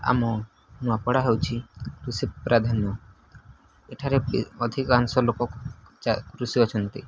ଆମ ନୂଆପଡ଼ା ହେଉଛି କୃଷି ପ୍ରାଧାନ୍ୟ ଏଠାରେ ଅଧିକାଂଶ ଲୋକ କୃଷି ଅଛନ୍ତି